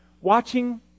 Watching